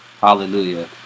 Hallelujah